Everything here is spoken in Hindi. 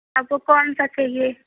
आपको कौनसा चाहिए